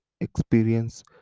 experience